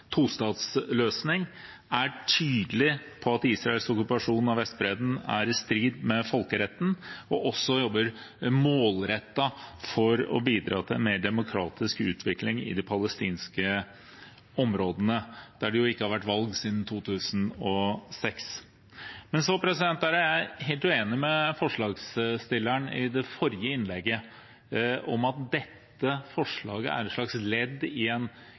tostatsløsning, er tydelig på at Israels okkupasjon av Vestbredden er i strid med folkeretten, og også jobber målrettet for å bidra til en mer demokratisk utvikling i de palestinske områdene, der det ikke har vært valg siden 2006. Jeg er helt uenig i det forrige innlegget fra forslagsstilleren om at dette forslaget er et slags ledd i en